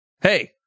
hey